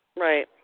Right